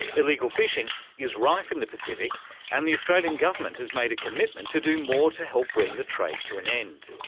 illegal fishing is rife in the pacific and the australian government has made a commitment to do more to help bring the trade to an end.